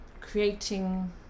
creating